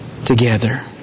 Together